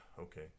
Okay